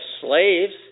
slaves